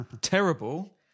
terrible